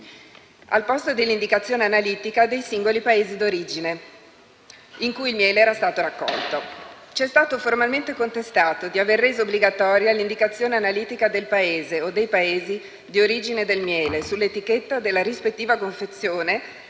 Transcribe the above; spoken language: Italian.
al posto dell'indicazione analitica dei singoli Paesi d'origine in cui il miele era stato raccolto. Ci è stato formalmente contestato di aver reso obbligatoria l'indicazione analitica del Paese (o dei Paesi) di origine del miele sull'etichetta della rispettiva confezione,